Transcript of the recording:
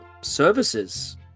services